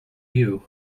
you